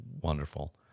wonderful